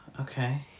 okay